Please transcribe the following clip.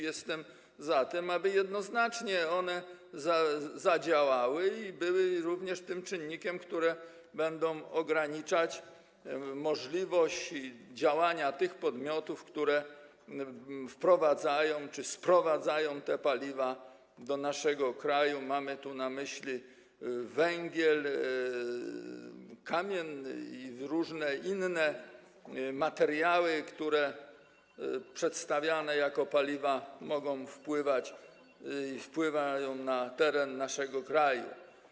Jestem za tym, aby jednoznacznie zadziałały i były czynnikiem, który będzie ograniczać możliwość działania tych podmiotów, które wprowadzają czy sprowadzają te paliwa do naszego kraju, mam tu na myśli węgiel kamienny i różne inne materiały, które przedstawiane jako paliwa mogą wpływać i wpływają na stan powietrza w naszym kraju.